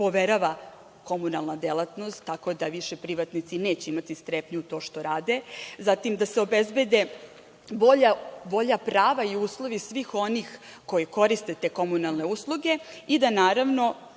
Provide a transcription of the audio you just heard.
poverava komunalna delatnost, tako da više privatnici neće imati strepnju na to što rade, zatim da se obezbede bolja prava i uslovi svih onih koji koriste te komunalne usluge i da, naravno,